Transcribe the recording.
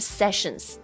sessions